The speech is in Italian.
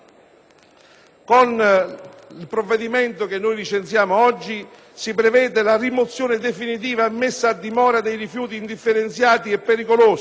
Con il provvedimento che noi licenziamo oggi si prevedono la rimozione definitiva e la messa a dimora dei rifiuti indifferenziati e pericolosi